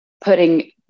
putting